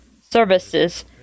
services